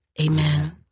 Amen